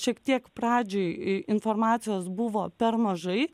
šiek tiek pradžioj informacijos buvo per mažai